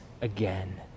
again